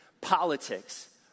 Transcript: Politics